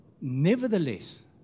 nevertheless